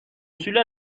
اصول